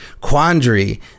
quandary